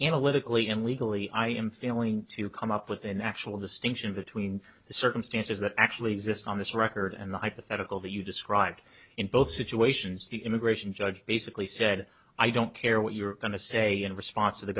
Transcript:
analytically and legally i am failing to come up with an actual distinction between the circumstances that actually exist on this record and the hypothetical that you described in both situations the immigration judge basically said i don't care what you're going to say in response to the